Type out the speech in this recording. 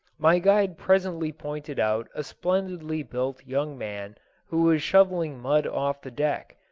my guide presently pointed out a splendidly built young man who was shoveling mud off the deck,